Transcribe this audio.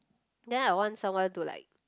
then I want someone to like